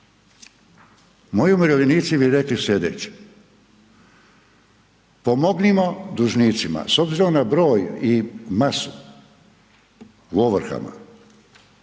Moji umirovljenici bi rekli sljedeće. Pomognimo dužnicima s obzirom na broj i masu u ovrhama,